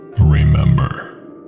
Remember